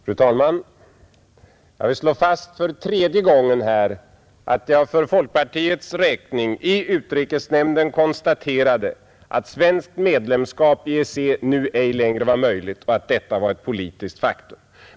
Fru talman! Jag vill slå fast — för tredje gången här — att jag för folkpartiets räkning i utrikesnämnden konstaterade att svenskt medlemskap i EEC nu ej längre var möjligt och att detta var ett politiskt faktum.